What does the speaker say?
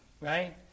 right